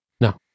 No